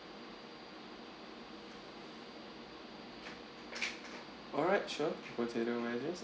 alright sure potato wedges